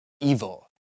evil